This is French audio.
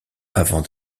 avant